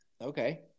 okay